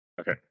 Okay